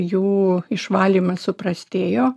jų išvalymas suprastėjo